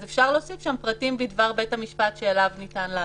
אפשר להוסיף שם: "פרטים בדבר בית המשפט שאליו ניתן לעתור".